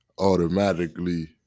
automatically